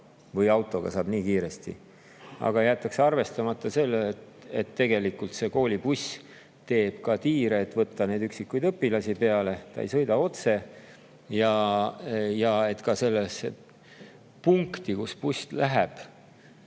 või autoga saab nii kiiresti. Aga jäetakse arvestamata, et tegelikult teeb koolibuss ka tiire, et võtta üksikuid õpilasi peale, ta ei sõida otse; ja et ka sellesse punkti, kust buss läheb